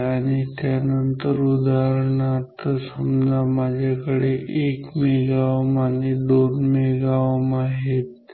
आणि त्यानंतर उदाहरणार्थ समजा माझ्याकडे 1 MΩ आणि 2 MΩ आहेत